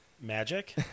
Magic